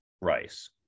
rice